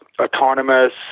Autonomous